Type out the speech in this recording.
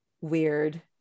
weird